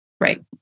Right